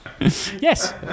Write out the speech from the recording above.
Yes